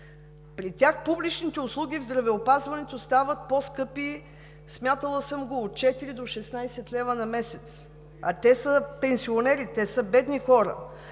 При тях публичните услуги в здравеопазването стават по-скъпи – смятала съм го, от 4 до 16 лв. на месец. А те са пенсионери, те са бедни хора.